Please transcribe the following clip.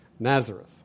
Nazareth